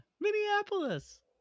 Minneapolis